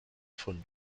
von